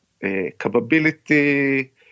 capability